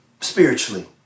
spiritually